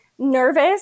Nervous